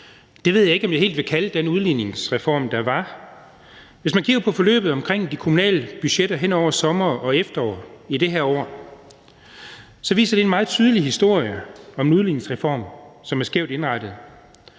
Det ved jeg ikke om jeg helt vil kalde den udligningsreform. Hvis man kigger på forløbet omkring de kommunale budgetter hen over sommer og efterår i det her år, viser det en meget tydelig historie om en udligningsreform, som er skævt indrettet.